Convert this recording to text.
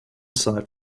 site